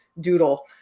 doodle